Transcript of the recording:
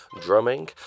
drumming